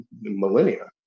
millennia